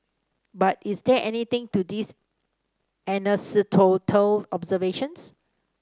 but is there anything to these anecdotal observations